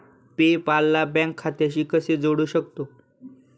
पे पाल ला बँक खात्याशी कसे जोडू शकतो?